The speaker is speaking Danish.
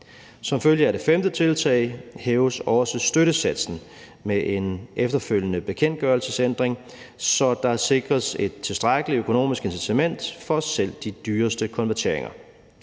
Som følge af det femte tiltag hæves også støttesatsen med en efterfølgende bekendtgørelsesændring, så der sikres et tilstrækkeligt økonomisk fundament for selv de dyreste konverteringer.